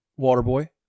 Waterboy